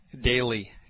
daily